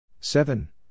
seven